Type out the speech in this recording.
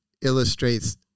illustrates